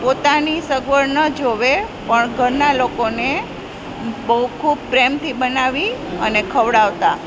પોતાની સગવડ ન જુએ પણ ઘરનાં લોકોને બહુ ખૂબ પ્રેમથી બનાવી અને ખવડાવતાં